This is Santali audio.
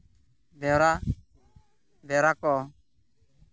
ᱵᱮᱣᱨᱟ ᱵᱮᱣᱨᱟ ᱠᱚ